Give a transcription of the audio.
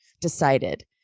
decided